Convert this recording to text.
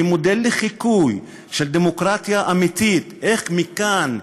כמודל לחיקוי של דמוקרטיה אמיתית, איך מכאן,